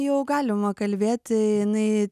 jau galima kalbėti jinai